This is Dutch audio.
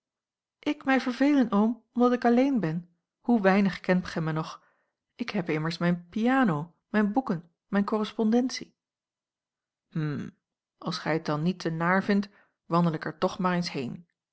ik mij vervelen oom omdat ik alleen ben hoe weinig kent gij mij nog ik heb immers mijne piano mijne boeken mijne correspondentie hm als gij t dan niet te naar vindt wandel ik er toch maar eens heen